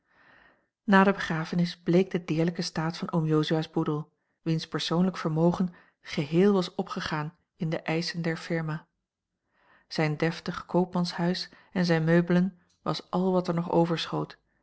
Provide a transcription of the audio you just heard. na de begrafenis bleek de deerlijke staat van oom jozua's boedel wiens persoonlijk vermogen geheel was opgegaan in de eischen der firma zijn deftig koopmanshuis en zijne meubelen was al wat er nog overschoot